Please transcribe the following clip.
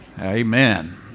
Amen